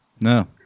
No